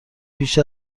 پیش